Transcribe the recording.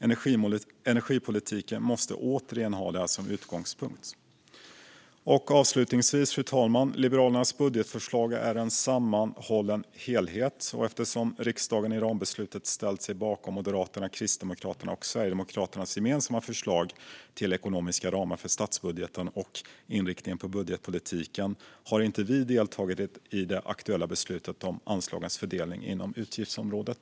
Energipolitiken måste återigen ha detta som utgångspunkt. Avslutningsvis, fru talman: Liberalernas budgetförslag är en sammanhållen helhet. Eftersom riksdagen i rambeslutet ställt sig bakom Moderaternas, Kristdemokraternas och Sverigedemokraternas gemensamma förslag till ekonomiska ramar för statsbudgeten och inriktningen på budgetpolitiken har inte vi deltagit i det aktuella beslutet om anslagens fördelning inom utgiftsområdet.